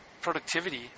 productivity